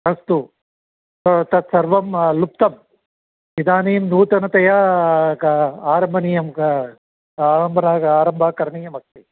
अस्तु तत्सर्वं लुप्तम् इदानीं नूतनतया आरम्भणीयम् आरम्भः आरम्भः करणीयमस्ति